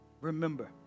Remember